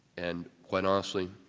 and quite honestly,